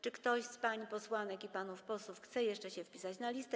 Czy ktoś z pań posłanek i panów posłów chce jeszcze się wpisać na listę?